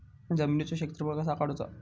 जमिनीचो क्षेत्रफळ कसा काढुचा?